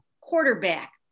quarterback